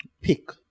pick